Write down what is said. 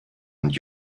and